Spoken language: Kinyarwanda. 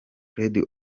fred